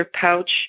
pouch